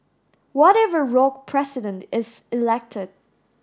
what if a rogue president is elected